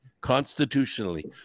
constitutionally